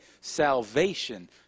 Salvation